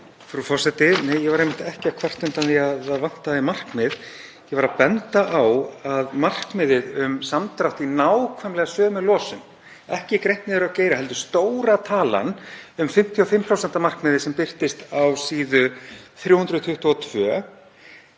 Frú forseti. Nei, ég var einmitt ekki að kvarta undan því að það vantaði markmið. Ég var að benda á varðandi markmiðið um samdrátt í nákvæmlega sömu losun, ekki brotið niður á geira heldur stóra talan um 55% markmiðið sem birtist á bls. 322,